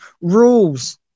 rules